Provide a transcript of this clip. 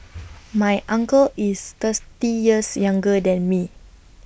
my uncle is thirsty years younger than me